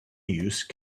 use